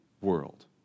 world